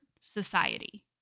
society